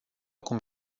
cum